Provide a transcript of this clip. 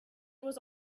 was